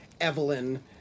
Evelyn